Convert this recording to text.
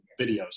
videos